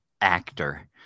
actor